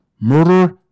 Murder